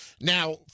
Now